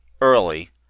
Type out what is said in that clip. early